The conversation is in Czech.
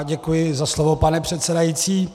Děkuji za slovo, pane předsedající.